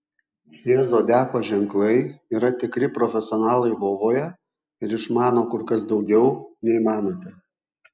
šie zodiako ženklai yra tikri profesionalai lovoje ir išmano kur kas daugiau nei manote